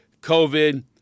COVID